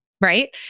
Right